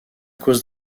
cause